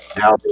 Now